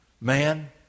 Man